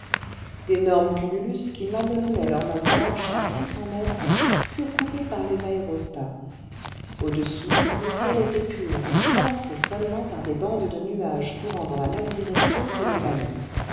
d'énormes cumuius qui mamelonnaient leurs masses blanches à six cents mètres furent coupés par les aérostats au-dessus le ciel était pur traversé seulement par des bandes de nuages courant dans la même direction que les ballons